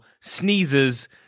sneezes